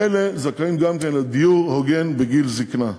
אלה זכאים גם כן לדיור הוגן בגיל זיקנה.